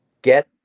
get